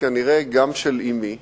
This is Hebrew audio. וכנראה גם של אמי ז"ל,